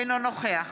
אינו נוכח